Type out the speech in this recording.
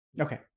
okay